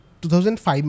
2005